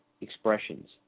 expressions